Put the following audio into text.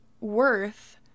Worth